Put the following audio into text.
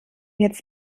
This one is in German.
jetzt